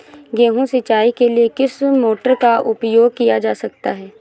गेहूँ सिंचाई के लिए किस मोटर का उपयोग किया जा सकता है?